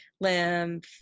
lymph